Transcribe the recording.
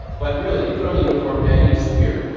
but really you put on the uniform and you disappear.